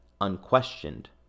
unquestioned